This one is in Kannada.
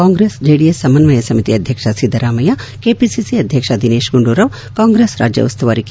ಕಾಂಗ್ರೆಸ್ ಜೆಡಿಎಸ್ ಸಮ್ದನಯ ಸಮಿತಿ ಅಧ್ಯಕ್ಷ ಸಿದ್ದರಾಮಯ್ಯ ಕೆಪಿಸಿಸಿ ಅಧ್ಯಕ್ಷ ದಿನೇತ್ ಗುಂಡೂರಾವ್ ಕಾಂಗ್ರೆಸ್ ರಾಜ್ಯ ಉಸ್ತುವಾರಿ ಕೆ